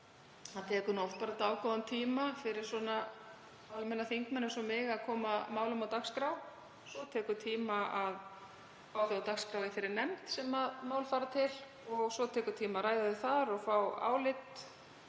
það tekur oft dágóðan tíma fyrir almenna þingmenn eins og mig að koma málum á dagskrá. Síðan tekur tíma að fá þau á dagskrá í þeirri nefnd sem mál fara til, svo tekur tíma að ræða þau þar og fá álit